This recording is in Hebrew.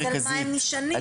על מה הם נשענים?